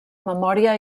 memòria